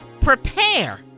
Prepare